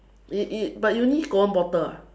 it it but you only got one bottle ah